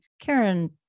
Karen